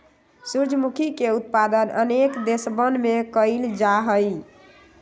सूर्यमुखी के उत्पादन अनेक देशवन में कइल जाहई